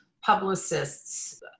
publicists